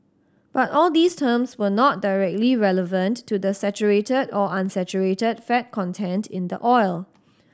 but all these terms were not directly relevant to the saturated or unsaturated fat content in the oil